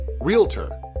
realtor